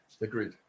Agreed